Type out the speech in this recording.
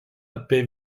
apie